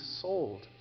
sold